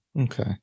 Okay